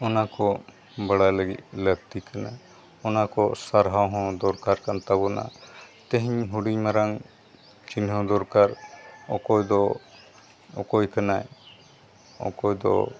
ᱚᱱᱟ ᱠᱚ ᱵᱟᱲᱟᱭ ᱞᱟᱹᱜᱤᱫ ᱞᱟᱹᱠᱛᱤ ᱠᱟᱱᱟ ᱚᱱᱟ ᱠᱚ ᱥᱟᱨᱦᱟᱣ ᱦᱚᱸ ᱫᱚᱨᱠᱟᱨ ᱠᱟᱱ ᱛᱟᱵᱚᱱᱟ ᱛᱮᱦᱮᱧ ᱦᱩᱰᱤᱧ ᱢᱟᱨᱟᱝ ᱪᱤᱱᱦᱟᱹᱣ ᱫᱚᱨᱠᱟᱨ ᱚᱠᱚᱭ ᱫᱚ ᱚᱠᱚᱭ ᱠᱟᱱᱟᱭ ᱚᱠᱚᱭ ᱫᱚ